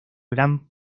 gran